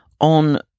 on